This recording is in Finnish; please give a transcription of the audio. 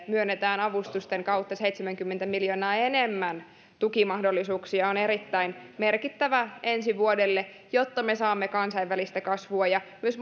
myönnetään avustusten kautta seitsemänkymmentä miljoonaa enemmän tukimahdollisuuksia on erittäin merkittävä ensi vuodelle jotta me saamme kansainvälistä kasvua ja myös